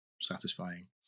satisfying